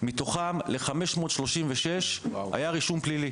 מתוכם ל-536 היה רישום פלילי